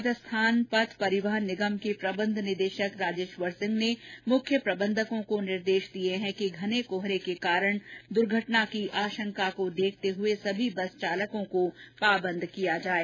राजस्थान पथ परिवहन निगम के प्रबंध निदेशक राजेश्वर सिंह ने मुख्य प्रबंधकों को निर्देश दिये हैं कि घने कोहरे के कारण दुर्घटना की आशंका को देखते हए सभी बस चालकों को पाबंद किया जाये